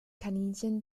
kaninchen